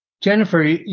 Jennifer